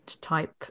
type